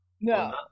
no